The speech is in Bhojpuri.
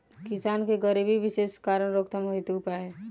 किसान के गरीबी के विशेष कारण रोकथाम हेतु उपाय?